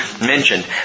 mentioned